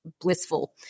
blissful